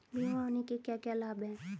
बीमा होने के क्या क्या लाभ हैं?